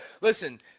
Listen